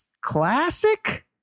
classic